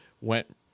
went